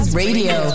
radio